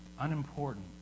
unimportant